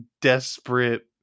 desperate